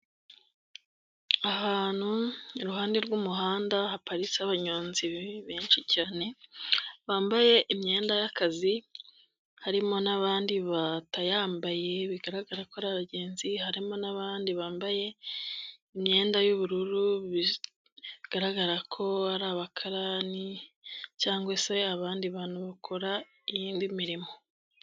Ahantu iruhande rw'umuhanda haparitse abanyonzi benshi cyane, bambaye imyenda y'akazi. Harimo n'abandi batayambaye bigaragara ko ari abagenzi. Harimo n'abandi bambaye imyenda y'ubururu, bigaragara ko ari abakarani cyangwa se abandi bantu bakora indi mirimo.